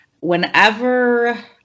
whenever